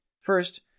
First